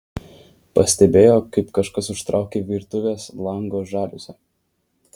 pastebėjo kaip kažkas užtraukė virtuvės lango žaliuzę